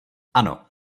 ano